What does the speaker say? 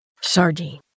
sardine